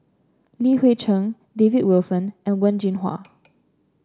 Li Hui Cheng David Wilson and Wen Jinhua